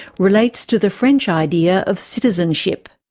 relates to the french idea of citizenship.